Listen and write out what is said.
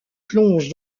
plonge